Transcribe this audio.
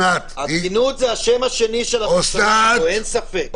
הגינות זה השם השני שלך, אוסנת, אין ספק.